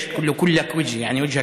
חבר הכנסת, (אומר בערבית: לא.